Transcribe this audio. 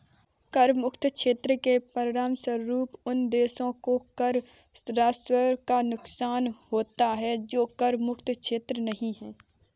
कर मुक्त क्षेत्र के परिणामस्वरूप उन देशों को कर राजस्व का नुकसान होता है जो कर मुक्त क्षेत्र नहीं हैं